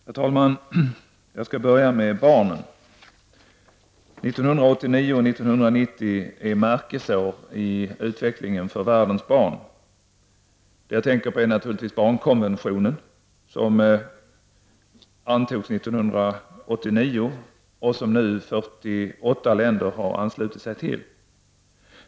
Herr talman! Jag skall börja med barnen. Åren 1989 och 1990 är märkesår i utvecklingen för världens barn. Jag tänker naturligtvis på barnkonventionen som antogs 1989 och som nu 48 länder har anslutit sig till.